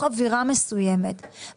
מתוך הצעת חוק התוכנית הכלכלית (תיקוני